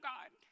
God